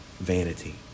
vanity